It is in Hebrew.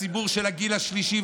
הציבור של הגיל השלישי,